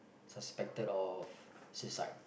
suspected of suicide